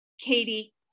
katie